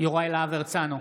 יוראי להב הרצנו,